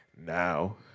Now